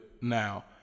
now